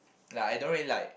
like I don't really like